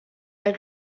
der